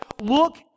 look